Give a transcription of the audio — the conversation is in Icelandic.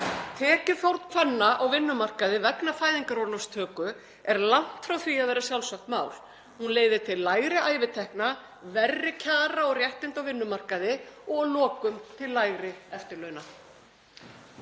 Tekjufórn kvenna á vinnumarkaði vegna fæðingarorlofstöku er langt frá því að vera sjálfsagt mál. Hún leiðir til lægri ævitekna, verri kjara og réttinda á vinnumarkaði og að lokum til lægri eftirlauna.